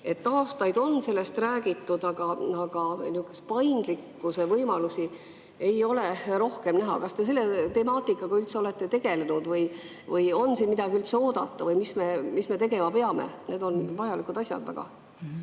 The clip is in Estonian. Aastaid on sellest räägitud, aga suurema paindlikkuse võimalusi ei ole näha. Kas te selle temaatikaga üldse olete tegelenud? On siin midagi üldse oodata või mis me tegema peame? Need on väga vajalikud asjad.